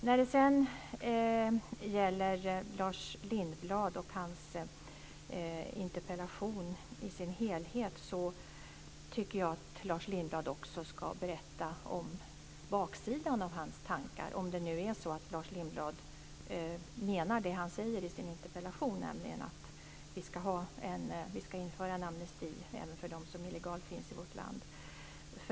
När det sedan gäller Lars Lindblad och hans interpellation kan jag säga att jag tycker att han också ska berätta om baksidan av sina tankar, om det nu är så att Lars Lindblad menar det han säger i sin interpellation, nämligen att vi ska införa en amnesti även för dem som illegalt finns i vårt land.